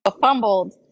fumbled